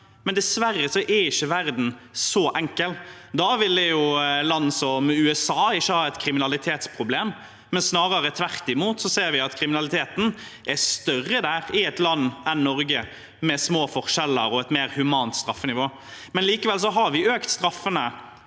men dessverre er ikke verden så enkel. Da ville jo land som USA ikke hatt et kriminalitetsproblem. Snarere tvert imot ser vi at kriminaliteten er større der enn i et land som Norge, med små forskjeller og et mer humant straffenivå. Likevel har vi siden